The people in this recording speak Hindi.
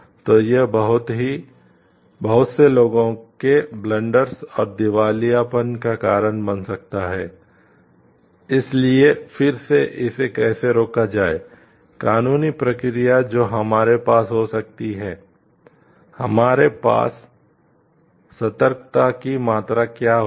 तो यह बहुत से लोगों के ब्लंडर्स और दिवालिएपन का कारण बन सकता है इसलिए फिर से इसे कैसे रोका जाए कानूनी प्रक्रियाएं जो हमारे पास हो सकती हैं हमारे पास सतर्कता की मात्रा क्या होगी